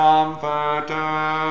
Comforter